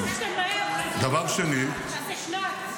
--- רצינו שתמהר, תעשה שנ"צ.